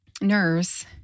nurse